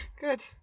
Good